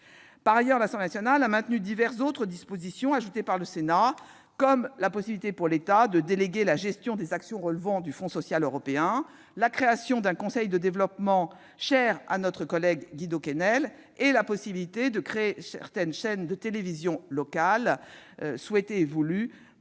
Par ailleurs, l'Assemblée nationale a maintenu diverses autres dispositions ajoutées par le Sénat, comme la possibilité pour l'État de déléguer la gestion des actions relevant du Fonds social européen, la création d'un conseil de développement, cher à notre collègue Guy-Dominique Kennel, et la possibilité de créer des chaînes de télévision locale, souhaitée par notre